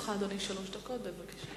לרשותך שלוש דקות, אדוני.